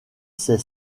c’est